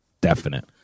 definite